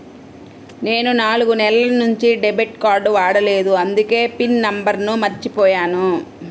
నేను నాలుగు నెలల నుంచి డెబిట్ కార్డ్ వాడలేదు అందుకే పిన్ నంబర్ను మర్చిపోయాను